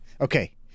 okay